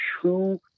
true